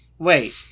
Wait